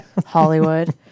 Hollywood